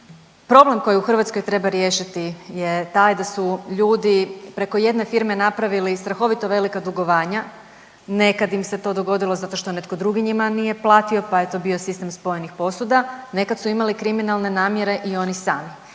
Problem koji u Hrvatskoj treba riješiti je taj da su ljudi preko jedne firme napravili strahovito velika dugovanja, nekad im se to dogodilo zato što netko drugi njima nije platio, pa je to bio sistem spojenih posuda, nekad su imali kriminalne namjere i oni sami